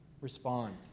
Respond